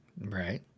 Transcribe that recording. Right